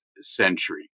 century